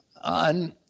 on